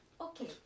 Okay